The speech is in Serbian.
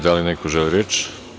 Da li neko želi reč?